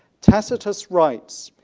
tacitus writes,